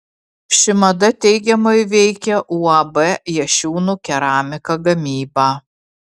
ši mada teigiamai veikia uab jašiūnų keramika gamybą